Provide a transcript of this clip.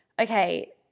Okay